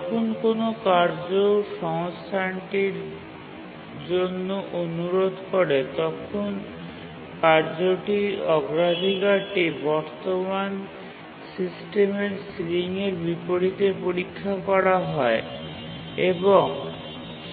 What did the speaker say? যখন কোনও কার্য সংস্থানটির জন্য অনুরোধ করে তখন কার্যটির অগ্রাধিকারটি বর্তমান সিস্টেমের সিলিংয়ের বিপরীতে পরীক্ষা করা হয় এবং